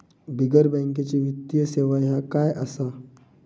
बिगर बँकेची वित्तीय सेवा ह्या काय असा?